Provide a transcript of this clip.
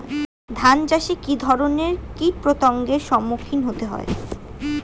ধান চাষে কী ধরনের কীট পতঙ্গের সম্মুখীন হতে হয়?